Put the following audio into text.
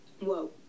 Whoa